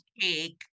cake